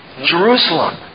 Jerusalem